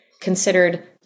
considered